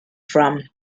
from